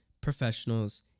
professionals